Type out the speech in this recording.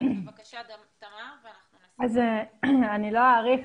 אני לא אאריך,